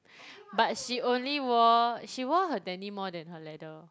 but she only wore she wore her denim more than her leather